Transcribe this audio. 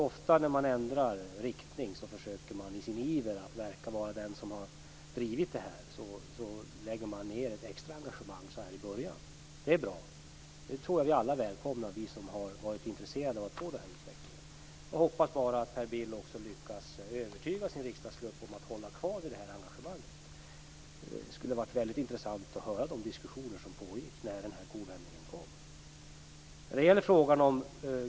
Ofta när man ändrar riktning försöker man i sin iver att verka vara den som har drivit frågan att lägga ned ett extra engagemang så här i början. Det är bra. Det tror jag att vi alla som har varit intresserade av att få den här utvecklingen välkomnar. Jag hoppas bara att Per Bill också lyckas övertyga sin riksdagsgrupp om att hålla kvar vid det engagemanget. Det skulle varit väldigt intressant att höra de diskussioner som pågick när kovändningen kom.